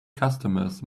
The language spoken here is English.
customers